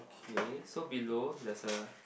okay so below there's a